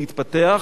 להתפתח,